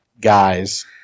guys